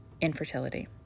infertility